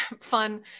fun